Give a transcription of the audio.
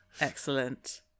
Excellent